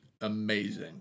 amazing